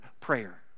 prayer